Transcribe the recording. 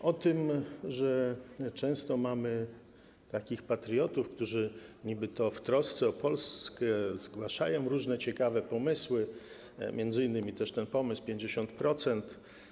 Wiemy o tym, że często mamy takich patriotów, którzy niby w trosce o Polskę zgłaszają różne ciekawe pomysły, m.in. też ten pomysł dotyczący 50%.